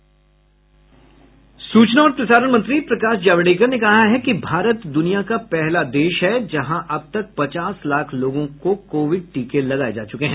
सूचना और प्रसारण मंत्री प्रकाश जावडेकर ने कहा है कि भारत द्रनिया का पहला देश है जहां अब तक पचास लाख लोगों को कोविड टीके लगाए जा चुके हैं